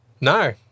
No